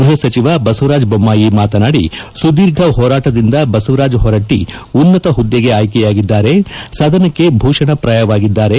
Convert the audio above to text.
ಗೃಹ ಸಚಿವ ಬಸವರಾಜ ಬೊಮ್ಲಾಯಿ ಮಾತನಾಡಿ ಸುದೀರ್ಘ ಹೋರಾಟದಿಂದ ಬಸವರಾಜ ಹೊರಟ್ಷ ಉನ್ನತ ಹುದ್ದೆಗೆ ಆಯ್ಕೆಯಾಗಿದ್ದಾರೆ ಸದನಕ್ಕೆ ಭೂಷಣಪ್ರಾಯವಾಗಿದ್ದಾರೆ